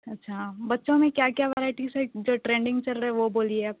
اچھا بچوں میں کیا کیا ورائٹیز ہے جو ٹرنڈنگ چل رہے وہ بولیے آپ